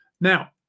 Now